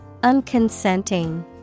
Unconsenting